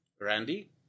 Randy